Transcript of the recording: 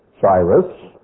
Cyrus